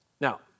Now